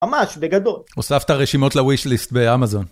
ממש בגדול. הוסף את הרשימות לווישליסט באמזון.